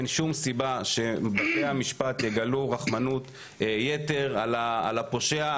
אין שום סיבה שבתי המשפט יגלו רחמנות יתר על הפושע,